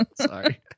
Sorry